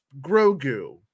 grogu